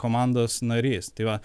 komandos narys tai va